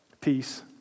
peace